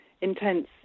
intense